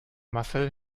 marcel